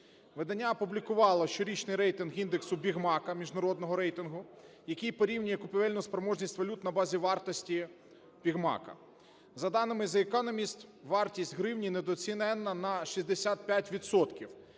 Видання опублікувало щорічний рейтинг індексу Біг-Мака, міжнародного рейтингу, який порівнює купівельну спроможність валют на базі вартості Біг-Мака. За даними The Economist, вартість гривні недооцінена на 65